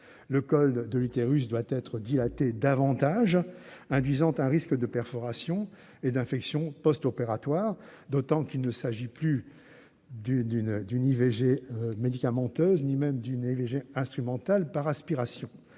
Le col de l'utérus peut être dilaté davantage, induisant un risque de perforation et d'infection postopératoire, d'autant qu'il s'agit non plus d'une IVG médicamenteuse ni même d'une IVG instrumentale par aspiration,